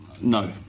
No